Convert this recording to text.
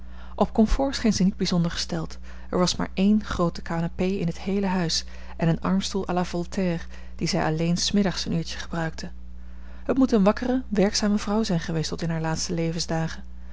op comfort scheen ze niet bijzonder gesteld er was maar één groote canapé in t heele huis en een armstoel à la voltaire dien zij alleen s middags een uurtje gebruikte het moet eene wakkere werkzame vrouw zijn geweest tot in hare laatste levensdagen